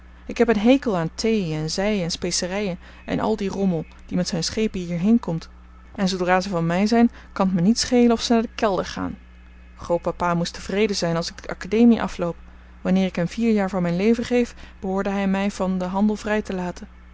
ik heb een hekel aan thee en zij en specerijen en al dien rommel die met zijn schepen hierheen komt en zoodra ze van mij zijn kan t me niets schelen of zij naar den kelder gaan grootpapa moest tevreden zijn als ik de academie afloop wanneer ik hem vier jaar van mijn leven geef behoorde hij mij van den handel vrij te laten